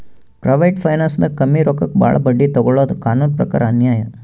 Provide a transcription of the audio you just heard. private ಫೈನಾನ್ಸ್ದಾಗ್ ಕಮ್ಮಿ ರೊಕ್ಕಕ್ ಭಾಳ್ ಬಡ್ಡಿ ತೊಗೋಳಾದು ಕಾನೂನ್ ಪ್ರಕಾರ್ ಅನ್ಯಾಯ್